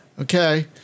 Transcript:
Okay